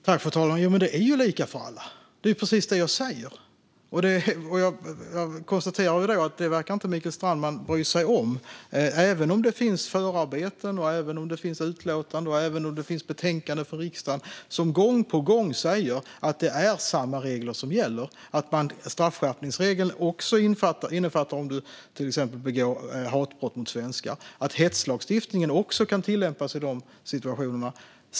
Fru talman! Det är ju lika för alla. Det är ju precis det jag säger. Men det verkar Mikael Strandman inte bry sig om - även om det finns förarbeten, utlåtanden och riksdagsbetänkanden som gång på gång säger att det är samma regler som gäller, att straffskärpningsregeln också innefattar om någon till exempel begår hatbrott mot svenskar och att hetslagstiftningen också kan tillämpas i dessa situationer.